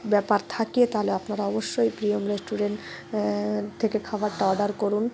ব্যাপার থাকে তাহলে আপনারা অবশ্যই প্রিয়ম রেস্টুরেন্ট থেকে খাবারটা অর্ডার করুন